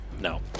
No